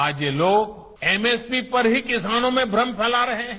आज ये लोग एमएसपी पर ही किसानों में भ्रम फैला रहे हैं